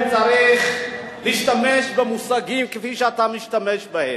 הוא צריך להשתמש במושגים כפי שאתה משתמש בהם?